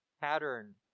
pattern